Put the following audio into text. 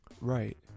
Right